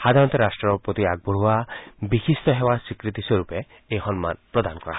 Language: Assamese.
সাধাৰণতে ৰাট্টৰ প্ৰতি আগবঢ়োৱা বিশিষ্ট সেৱাৰ স্বীকৃতিস্বৰূপে এই সন্মান প্ৰদান কৰা হয়